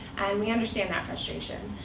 and we understand that frustration.